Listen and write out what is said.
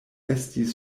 estis